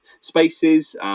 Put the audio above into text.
spaces